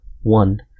one